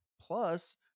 Plus